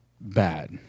bad